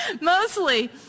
mostly